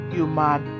human